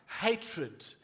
hatred